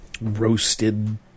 roasted